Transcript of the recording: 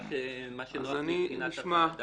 אדוני היושב ראש, מה שנוח מבחינת הוועדה.